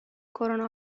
کرونا